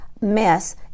mess